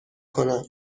کنم